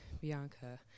Bianca